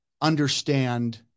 understand